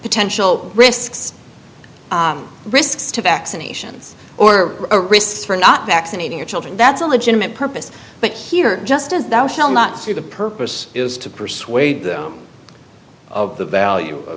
potential risks risks to vaccinations or a risk for not vaccinating your children that's a legitimate purpose but here just as thou shall not see the purpose is to persuade them of the value of